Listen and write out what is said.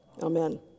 amen